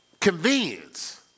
convenience